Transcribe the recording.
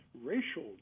racial